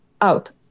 out